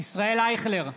ישראל אייכלר,